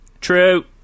True